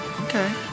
Okay